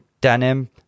Denim